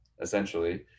essentially